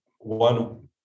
one